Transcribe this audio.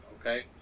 Okay